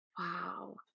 Wow